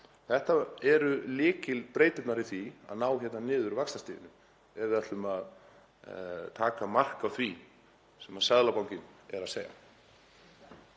Þetta eru lykilbreyturnar í því að ná niður vaxtastiginu ef við ætlum að taka mark á því sem Seðlabankinn er að segja.